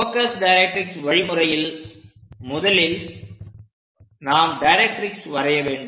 focus directrix வழிமுறையில் முதலில் நாம் டைரக்ட்ரிக்ஸ் வரைய வேண்டும்